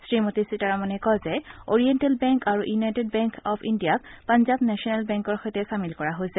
শ্ৰীমতী সীতাৰমণে কয় যে অৰিয়েণ্টেল বেংক আৰু ইউনাইটেড বেংক অৱ ইণ্ডিয়াক পাঞ্জাৱ নেচনেল বেংকৰ সৈতে চামিল কৰা হৈছে